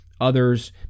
Others